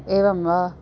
एवं वा